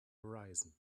horizon